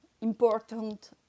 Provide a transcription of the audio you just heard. important